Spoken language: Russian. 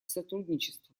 сотрудничеству